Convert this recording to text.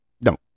no